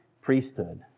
priesthood